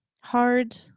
hard